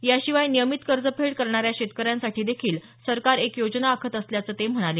याशिवाय नियमित कर्जफेड करणाऱ्या शेतकऱ्यांसाठीदेखील सरकार एक योजना आखत असल्याचं ते म्हणाले